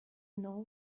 know